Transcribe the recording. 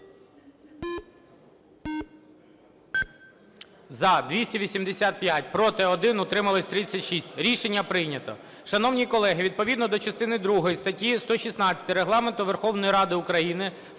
За-285 Проти – 1, утримались – 36. Рішення прийнято. Шановні колеги, відповідно до частини другої статті 116 Регламенту Верховної Ради України